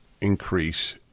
increase